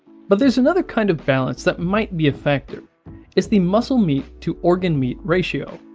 but there's another kind of balance that might be a factor it's the muscle meat to organ meat ratio.